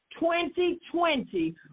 2020